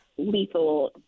lethal